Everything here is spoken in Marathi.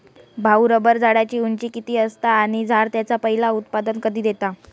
भाऊ, रबर झाडाची उंची किती असता? आणि झाड त्याचा पयला उत्पादन कधी देता?